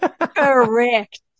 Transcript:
Correct